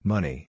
Money